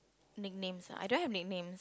nicknames ah I don't have nicknames